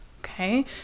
okay